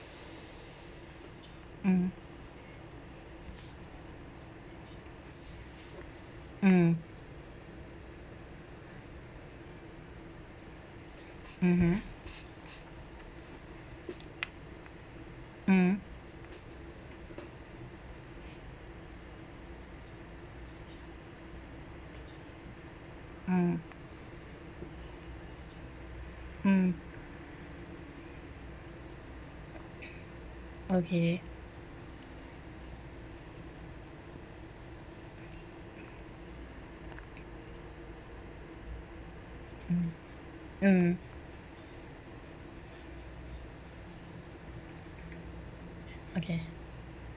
mm mm mmhmm mm mm mm okay mm mm okay